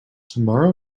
tomorrow